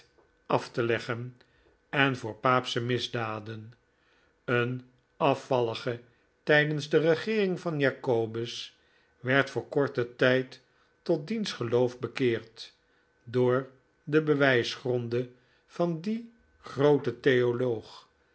af te leggen en voor paapsche misdaden een afvallige tijdens de regeering van jacobus werd voor korten tijd tot diens geloof bekeerd door de bewijsgronden van dien grooten theoloog